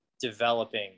developing